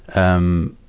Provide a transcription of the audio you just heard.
um, ah,